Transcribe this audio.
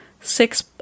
six